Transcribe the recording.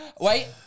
Wait